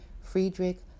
Friedrich